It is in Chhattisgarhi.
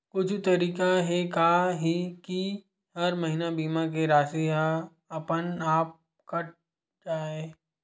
कुछु तरीका हे का कि हर महीना बीमा के राशि हा अपन आप कत जाय?